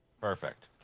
Perfect